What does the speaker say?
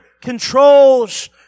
controls